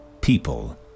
people